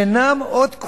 הם אינם עוד קובייה,